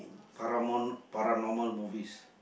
paranor~ paranormal movies